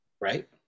Right